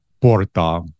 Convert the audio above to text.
Porta